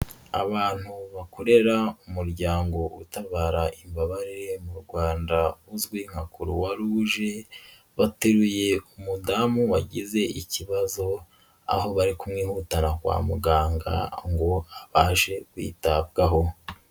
Abantu bakorera umuryango utabara imbabare mu Rwanda uzwi nka croix rouge, bateruye umudamu wagize ikibazo aho bari kumwihutana kwa muganga ngo abashe kwitabwaho.